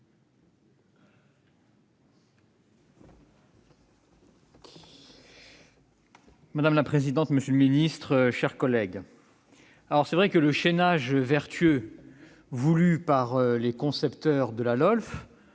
Madame la présidente, monsieur le ministre, mes chers collègues, il est vrai que le chaînage vertueux voulu par les concepteurs de la LOLF